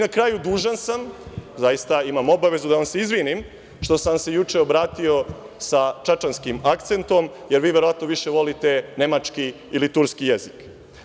Na kraju, dužan sam, zaista imam obavezu da vam se izvinim što sam vam se juče obratio sa čačanskim akcentom, jer vi verovatno više volite nemački ili turski jezik.